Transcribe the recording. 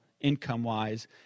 income-wise